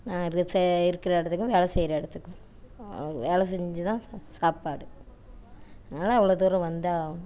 நான் இருக்ஸ இருக்கிற இடத்துக்கும் வேலை செய்கிற இடத்துக்கும் நாளைக்கு வேலை செஞ்சு தான் ச சாப்பாடு அதனால் அவ்வளோ தூரம் வந்தாகணும்